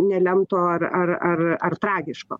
nelemto ar ar ar ar tragiško